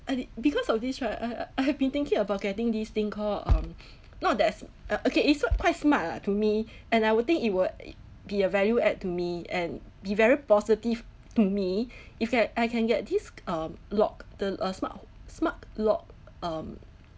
I did because of this right uh I have been thinking about getting this thing call um not that's uh okay it's quite smart lah to me and I would think it will be a value add to me and be very positive to me if get I can get this um lock the uh smart smart lock um